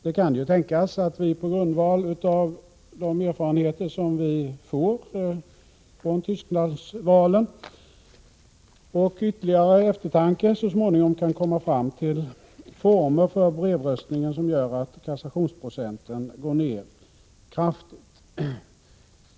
Det kan ju tänkas att vi på grundval av de erfarenheter som vi får från röstningen i Västtyskland och ytterligare eftertanke så småningom kan komma fram till former för brevröstning som gör att kassationsprocenten går ned kraftigt.